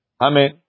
Amen